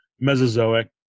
Mesozoic